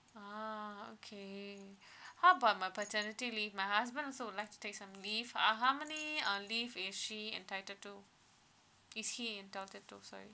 ah okay how about my paternity leave my husband also would like to take some leave uh how many uh leave is she entitled to is he entitled to sorry